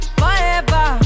forever